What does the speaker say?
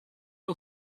all